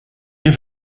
wir